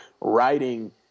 writing